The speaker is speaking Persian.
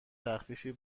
تخفیفی